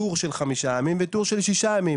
טור של 5 ימים וטור של 6 ימים.